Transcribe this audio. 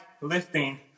lifting